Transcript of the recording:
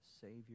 Savior